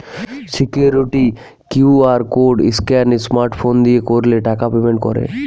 security QR code scan smart phone দিয়ে করলে টাকা পেমেন্ট করে